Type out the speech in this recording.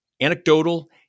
anecdotal